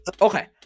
okay